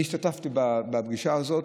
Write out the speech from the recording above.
אני השתתפתי בפגישה הזאת.